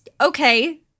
okay